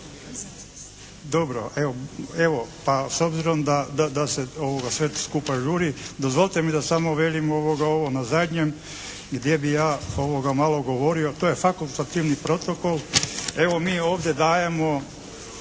Dobro, evo, evo pa s obzirom da se sve skupa žuri dozvolite mi da samo velim ovo na zadnjem gdje bi ja malo govorio, to je fakultativni protokol. Evo mi ovdje dajemo